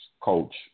coach